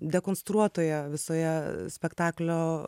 dekonstruotoje visoje spektaklio